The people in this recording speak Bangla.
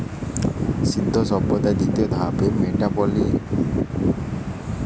সিন্ধু সভ্যতার দ্বিতীয় ধাপে মেসোপটেমিয়ার সাথ রে ব্যবসার যোগাযোগের কথা জানা যায়